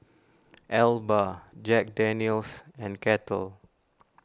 Alba Jack Daniel's and Kettle